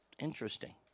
Interesting